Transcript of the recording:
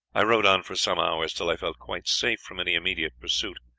i rode on for some hours, till i felt quite safe from any immediate pursuit,